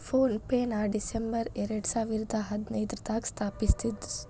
phone ಪೆನ December ಎರಡಸಾವಿರದ ಹದಿನೈದ್ರಾಗ ಸ್ಥಾಪಿಸಿದ್ರು